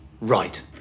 Right